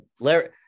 Larry